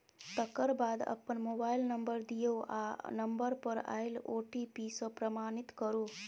तकर बाद अपन मोबाइल नंबर दियौ आ नंबर पर आएल ओ.टी.पी सँ प्रमाणित करु